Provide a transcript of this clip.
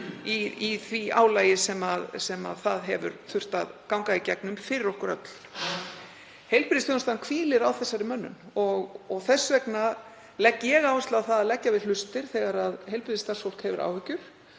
í því álagi sem það hefur þurft að ganga í gegnum fyrir okkur öll. Heilbrigðisþjónustan hvílir á þessari mönnun. Þess vegna legg ég áherslu á að leggja við hlustir þegar heilbrigðisstarfsfólk hefur áhyggjur